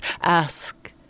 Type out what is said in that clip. ask